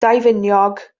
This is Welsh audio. daufiniog